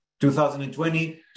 2020